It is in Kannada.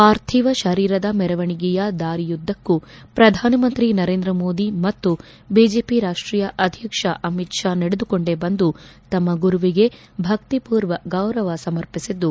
ಪಾರ್ಥಿವ ಶರೀರದ ಮೆರವಣಿಗೆಯ ದಾರಿಯುದ್ದಕ್ಕೂ ಪ್ರಧಾನಮಂತ್ರಿ ನರೇಂದ್ರ ಮೋದಿ ಮತ್ತು ಬಿಜೆಪಿ ರಾಷ್ಷೀಯ ಅಧ್ಯಕ್ಷ ಅಮಿತ್ ಶಾ ನಡೆದುಕೊಂಡೆ ಬಂದು ತಮ್ಮ ಗುರುವಿಗೆ ಭಕ್ತಿಪೂರ್ವ ಗೌರವ ಸಮರ್ಪಿಸಿದ್ದು